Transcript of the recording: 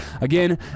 Again